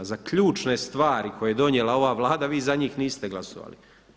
Za ključne stvari koje je donijela ova Vlada vi za njih niste glasovali.